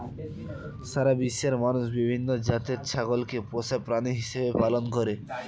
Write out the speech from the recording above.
সারা বিশ্বের মানুষ বিভিন্ন জাতের ছাগলকে পোষা প্রাণী হিসেবে পালন করে